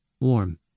Warm